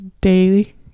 daily